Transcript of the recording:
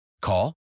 Call